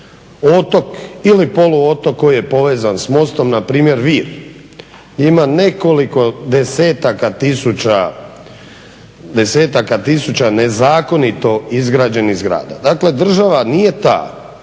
otok ili poluotok koji je povezan s mostom npr., Vir. Ima nekoliko desetaka tisuća nezakonito izgrađenih zgrada. Dakle, država nije ta,